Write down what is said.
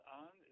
on